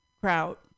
Kraut